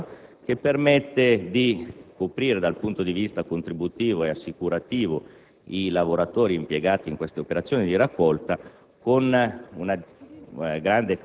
agricola. Esso permette di coprire dal punto di vista contributivo e assicurativo i lavoratori impiegati in queste operazioni di raccolta con una